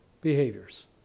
Behaviors